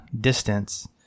distance